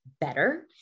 better